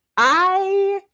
i